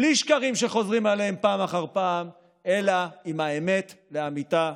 בלי שקרים שחוזרים עליהם פעם אחר פעם אלא עם האמת לאמיתה.